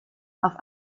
auf